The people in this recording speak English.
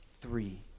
three